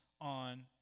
on